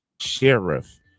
Sheriff